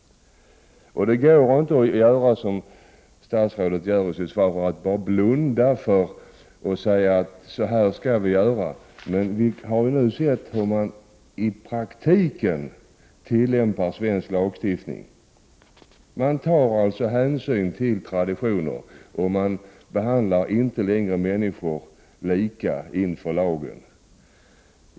Det går inte att som statsrådet gör i svaret blunda för saken och säga att så här skall vi göra. Vi har nu sett hur man i praktiken tillämpar svensk lagstiftning. Man tar alltså hänsyn till traditioner, och man behandlar inte längre människor lika inför lagen.